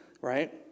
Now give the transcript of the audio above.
right